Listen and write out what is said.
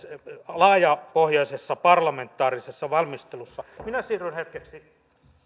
laajapohjaisessa parlamentaarisessa valmistelussa valmistellun opintotukiuudistuksen minä siirryn hetkeksi